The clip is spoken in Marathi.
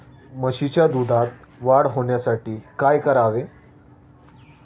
म्हशीच्या दुधात वाढ होण्यासाठी काय करावे?